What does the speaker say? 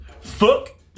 Fuck